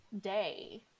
day